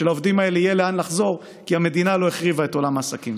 שלעובדים האלה יהיה לאן לחזור כי המדינה לא החריבה את עולם העסקים.